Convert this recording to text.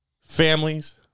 Families